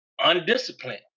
undisciplined